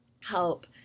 help